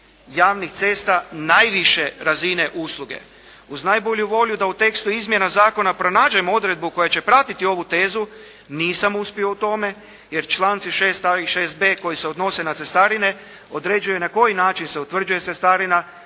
"javnih cesta najviše razine usluge". Uz najbolju volju da u tekstu izmjena zakona pronađem odredbu koja će pratiti ovu tezu nisam uspio u tome, jer članci 6.a i 6.b koji se odnose na cestarine određuju na koji način se utvrđuje cestarina